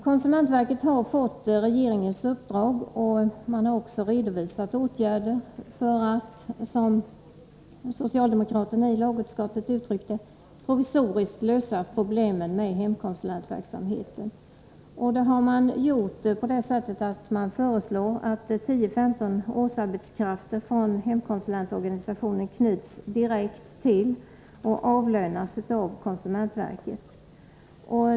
Konsumentverket har fått regeringens uppdrag, och man har också redovisat åtgärder, för att, som socialdemokraterna i lagutskottet uttryckte det, provisoriskt lösa problemen med hemkonsulentverksamheten. Det har man gjort på ett sådant sätt att man föreslår att 10-15 årsarbetskrafter från hemkonsulentorganisationen knyts direkt till och avlönas av konsumentverket.